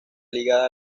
ligada